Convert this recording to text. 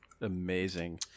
Amazing